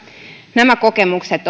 nämä kokemukset